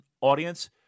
audience